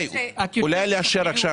אולי לאשר עכשיו.